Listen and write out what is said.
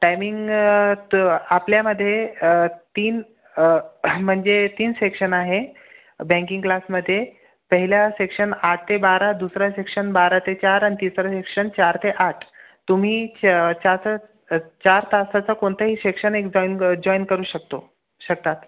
timing तर आपल्यामध्ये तीन म्हणजे तीन सेक्शन आहे बँकिंग क्लासमध्ये पहिल्या सेक्शन आठ ते बारा दुसरा सेक्शन बारा ते चार आणि तिसरा सेक्शन चार ते आठ तुम्ही चं चासच चार तासाचा कोणताही सेक्शन एक जॉईन जॉईन करू शकतो शकतात